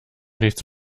nichts